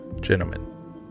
gentlemen